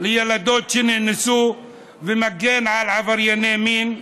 וילדות שנאנסו ומגן על עברייני מין.